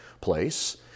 place